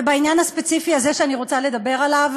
ובעניין הספציפי הזה שאני רוצה לדבר עליו